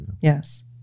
yes